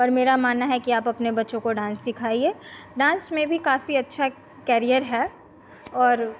पर मेरा मानना है कि आप अपने बच्चों को डान्स सिखाइए डान्स में भी काफ़ी अच्छा कैरियर है और